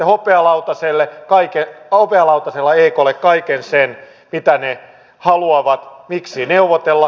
te tarjoatte hopealautasella eklle kaiken sen mitä ne haluavat miksi neuvotella